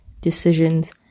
decisions